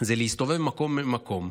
להסתובב ממקום למקום,